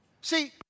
See